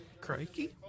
Crikey